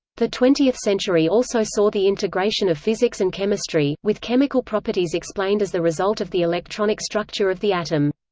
the twentieth century also saw the integration of physics and chemistry, with chemical properties explained as the result of the electronic structure of the atom.